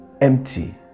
empty